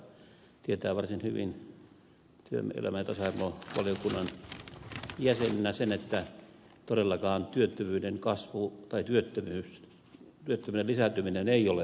karhuvaara tietää varsin hyvin työelämä ja tasa arvovaliokunnan jäsenenä sen että todellakaan työttömyyden kasvu tai työttömyyden lisääntyminen ei ole taittunut